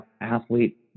athlete